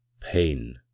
pain